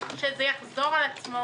שזה יחזור על עצמו